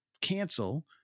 cancel